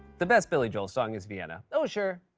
the best billy joel song is vienna. oh, sure,